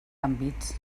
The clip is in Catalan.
àmbits